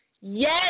Yes